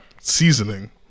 seasoning